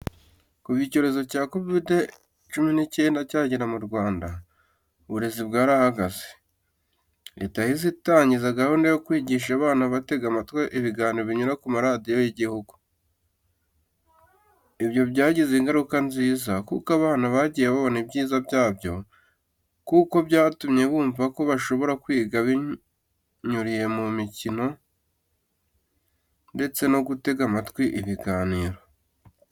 Kuva icyorezo cya kovide cumi n'icyenda cyagera mu Rwanda, uburezi bwarahagaze. Leta yahise itangiza gahunda yo kwigisha abana batega amatwi ibiganiro binyura kuri radiyo y'igihugu. Ibyo byagize ingaruka nziza, kuko abana bagiye babona ibyiza byabyo kuko byatumye bumva ko bashobora kwiga binyuriye mu imikino ndetse no gutega amatwi ibiganiro.